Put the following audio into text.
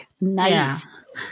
nice